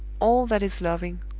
all that is loving,